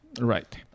right